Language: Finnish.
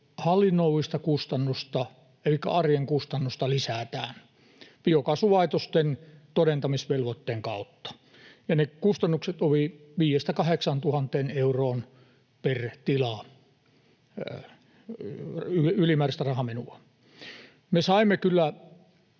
hallinnollista kustannusta elikkä arjen kustannusta lisätään biokaasulaitosten todentamisvelvoitteen kautta. Ne kustannukset olivat 5 000—8 000 euroa per tila ylimääräistä rahamenoa. Me saimme kyllä